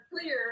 clear